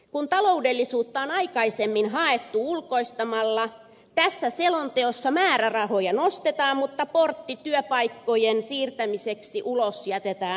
kun taloudellisuutta on aikaisemmin haettu ulkoistamalla tässä selonteossa määrärahoja nostetaan mutta portti työpaikkojen siirtämiseksi ulos jätetään auki